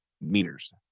meters